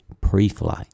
pre-flight